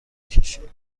کشید